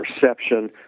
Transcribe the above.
perception